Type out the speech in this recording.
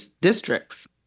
districts